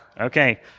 Okay